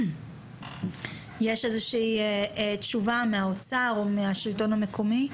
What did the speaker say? יש איזו שהיא תשובה מהאוצר, או מהשלטון המקומי?